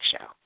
Show